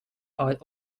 are